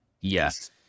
Yes